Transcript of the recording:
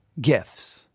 gifts